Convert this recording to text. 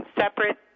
separate